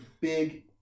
big